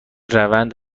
روند